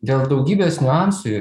dėl daugybės niuansų